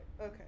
okay